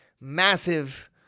massive